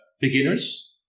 beginners